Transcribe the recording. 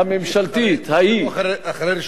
הממשלתית, ההיא, הצעת החוק, אחרי ראשונה.